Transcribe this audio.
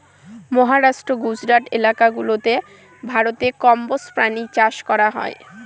মহারাষ্ট্র, গুজরাট এলাকা গুলাতে ভারতে কম্বোজ প্রাণী চাষ করা হয়